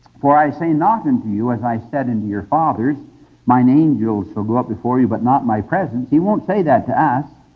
for i say not unto you as i said unto your fathers mine angel shall go up before you, but not my presence. he won't say that to us,